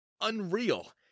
unreal